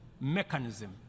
mechanism